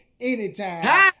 anytime